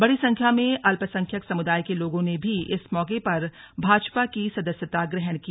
बड़ी संख्या में अल्पसंख्यक समुदाय के लोगों ने भी इस मौके पर भाजपा की सदस्यता ग्रहण की